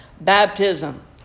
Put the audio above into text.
baptism